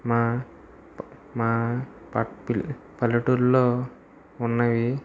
మా మా పట్ పిల్ పల్లెటూర్లో ఉన్నాయి